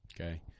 Okay